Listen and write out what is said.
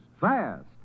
fast